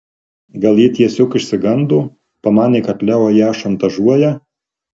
gal ji tiesiog išsigando pamanė kad leo ją šantažuoja